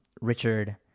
Richard